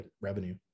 revenue